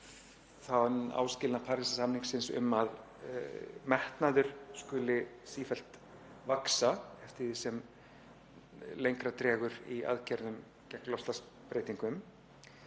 þann áskilnað Parísarsamningsins um að metnaður skuli sífellt vaxa eftir því sem lengra dregur í aðgerðum gegn loftslagsbreytingum.